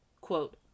quote